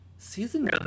season